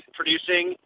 producing